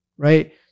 right